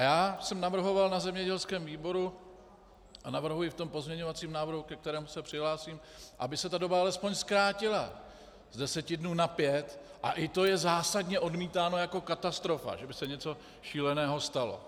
Já jsem navrhoval na zemědělském výboru a navrhuji v tom pozměňovacím návrhu, ke kterému se přihlásím, aby se ta doba alespoň zkrátila z deseti dnů na pět, a i to je zásadně odmítáno jako katastrofa, že by se něco šíleného stalo...